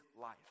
life